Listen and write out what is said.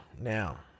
now